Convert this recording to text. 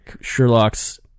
Sherlock's